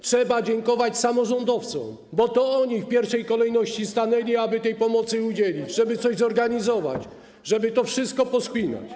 Trzeba dziękować samorządowcom, bo to oni w pierwszej kolejności stanęli, aby tej pomocy udzielić, żeby coś zorganizować, żeby to wszystko pospinać.